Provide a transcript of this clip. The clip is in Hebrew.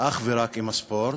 אך ורק עם הספורט,